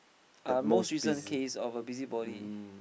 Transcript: uh most recent case of a busybody